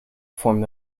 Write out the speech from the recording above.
form